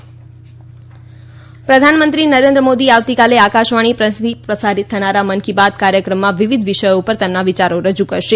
મન કી બાત પ્રધાનમંત્રી નરેન્દ્ર મોદી આવતીકાલે આકાશવાણી પરથી પ્રસારિત થનાર મન કી બાત કાર્યક્રમમાં વિવિધ વિષયો ઉપર તેમના વિચારો રજૂ કરશે